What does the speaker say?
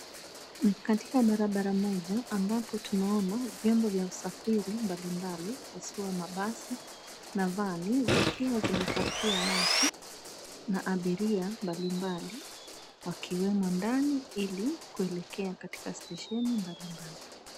Ni katika barabara moja ambapo tunaona vyombo vya usafiri mbalimbali hasaa mabasi na vani zikiwa zimepakia watu na abiria mbalimbali wakiwemo ndani ili kuelekea katika stesheni mbalimbali.